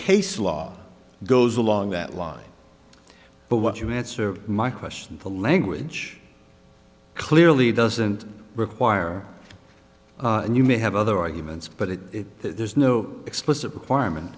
case law goes along that line but what you answer my question the language clearly doesn't require and you may have other arguments but if there's no explicit requirement